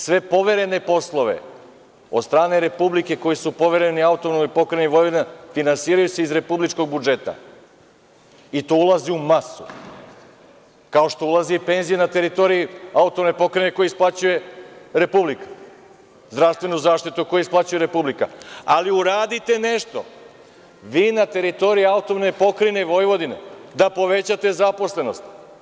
Sve poverene poslove od strane Republike koji su povereni AP Vojvodina, finansiraju se iz republičkog budžeta i to ulazi u masu, kao što ulazi penzija na teritoriji AP koje isplaćuje Republika, zdravstvena zaštita koju isplaćuje Republika, ali uradite nešto vi na teritoriji AP Vojvodina da povećate zaposlenost.